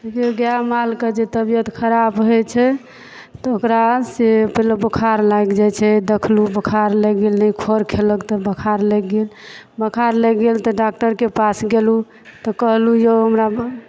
गाय माल के जे तबियत खराब होइ छै तऽ ओकरा से कहलहुॅं बुख़ार लागि जाइ छै देखलहुॅं बुख़ार लागि गेलै खर खेलक तऽ बुख़ार लागि गेल बुख़ार लागि गेल त डॉक्टर के पास गेलहुॅं तऽ कहलहुॅं यौ हमरा